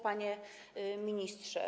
Panie Ministrze!